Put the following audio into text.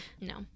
No